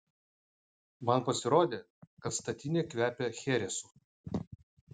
man pasirodė kad statinė kvepia cheresu